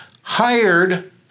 hired